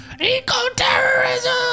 eco-terrorism